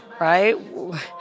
Right